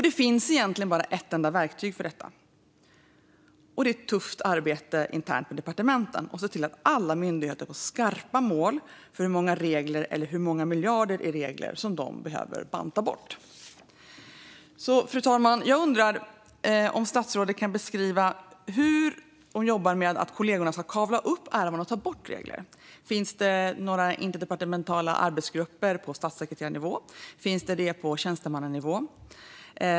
Det finns egentligen bara ett enda verktyg för detta, och det är ett tufft arbete internt på departementen för att se till att alla myndigheter får skarpa mål om hur många regler eller hur många miljarder i regler de behöver banta bort. Fru talman! Jag undrar därför om statsrådet kan beskriva hur hon jobbar med att kollegorna ska kavla upp ärmarna och ta bort regler. Finns det några interdepartementala arbetsgrupper på statssekreterarnivå? Finns det sådana på tjänstemannanivå?